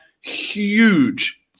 huge